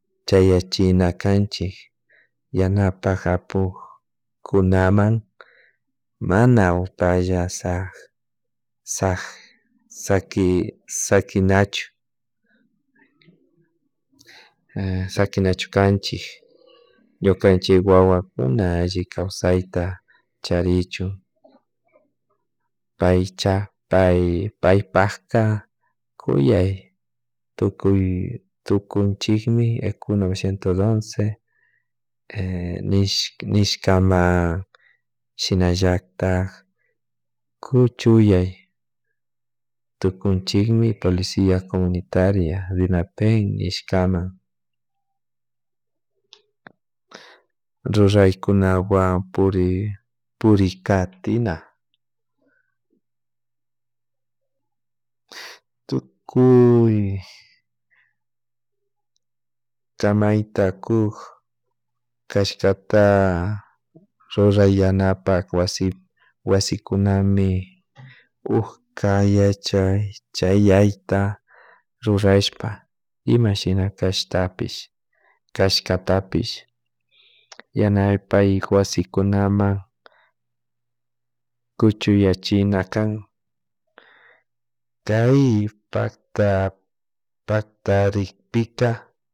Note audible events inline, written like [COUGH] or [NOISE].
Chayachina kanchik yana pak apuk kunaman mana upalla sak saki sakinachu sakinachu kanchik ñukunchik wawakuna alli kawsayta charichun paycha paypakta kuyay tukuy tukunchikmi ECU novecientos once ishka [HESITATION] shinalaltak kuchuyay tukunchikmi policia comunitaria Dinapen nishkaman, ruraykunawan purik purikatina tukuy kamayta kuk kashkata rruaray yanapak wasi wasikunami uka yachay chayayta rrurashpa imashina kashtapish kaskatapish yanapak wasikunaman kuchuyachina kan kay pakta paktarikpika